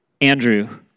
Andrew